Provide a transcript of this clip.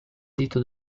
dito